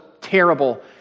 terrible